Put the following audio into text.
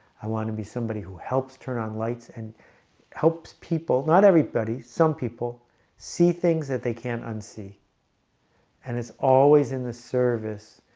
i want to be somebody who helps turn on lights and helps people not everybody some people see things that they can't unsee and it's always in the service.